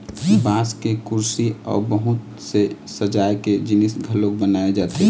बांस के कुरसी अउ बहुत से सजाए के जिनिस घलोक बनाए जाथे